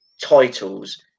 titles